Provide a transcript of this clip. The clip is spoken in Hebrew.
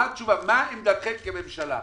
מה עמדתכם כממשלה?